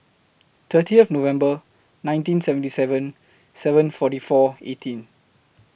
thirtieth November nineteen seventy seven seven forty four eighteen